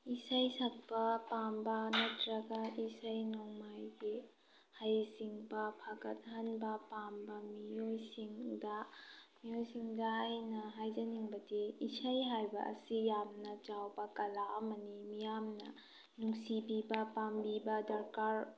ꯏꯁꯩꯁꯛꯄ ꯄꯥꯝꯕ ꯅꯠꯇ꯭ꯔꯒ ꯏꯁꯩ ꯅꯣꯡꯃꯥꯏꯒꯤ ꯍꯩꯁꯤꯡꯕ ꯐꯒꯠꯍꯟꯕ ꯄꯥꯝꯕ ꯃꯤꯑꯣꯏꯁꯤꯡꯗ ꯃꯤꯑꯣꯏꯁꯤꯡꯗ ꯑꯩꯅ ꯍꯥꯏꯖꯅꯤꯡꯕꯗꯤ ꯏꯁꯩ ꯍꯥꯏꯕ ꯑꯁꯤ ꯌꯥꯝꯅ ꯆꯥꯎꯕ ꯀꯂꯥ ꯑꯃꯅꯤ ꯃꯤꯌꯥꯝꯅ ꯅꯨꯡꯁꯤꯕꯤꯕ ꯄꯥꯝꯕꯤꯕ ꯗꯔꯀꯥꯔ